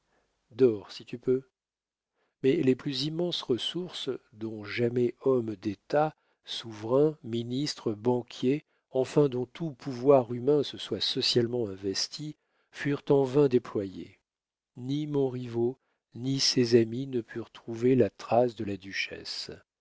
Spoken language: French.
dors si tu peux mais les plus immenses ressources dont jamais hommes d'état souverains ministres banquiers enfin dont tout pouvoir humain se soit socialement investi furent en vain déployées ni montriveau ni ses amis ne purent trouver la trace de la duchesse